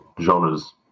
genres